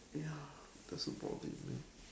ya that's about it man